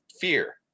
fear